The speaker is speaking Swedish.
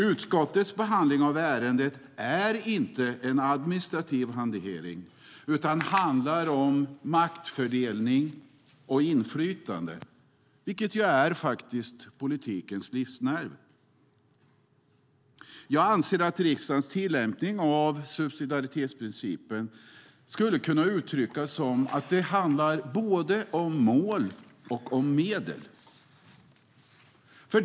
Utskottets behandling av ärendet är inte en administrativ hantering utan handlar om maktfördelning och inflytande, vilket faktiskt är politikens livsnerv. Jag anser att riksdagens tillämpning av subsidiaritetsprincipen skulle kunna uttryckas som att det handlar både om mål och om medel.